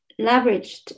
leveraged